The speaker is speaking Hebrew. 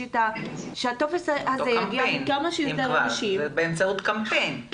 שיטה שהטופס הזה יגיע לכמה שיותר אנשים --- באמצעות קמפיין,